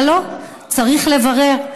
אבל לא, צריך לברר.